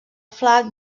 flac